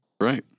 Right